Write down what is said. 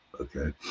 okay